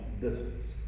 distance